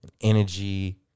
energy